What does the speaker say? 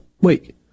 wait